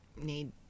need